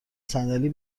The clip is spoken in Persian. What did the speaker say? صندلی